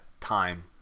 time